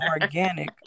organic